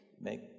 make